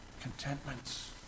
contentments